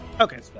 Okay